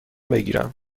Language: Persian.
بگیرم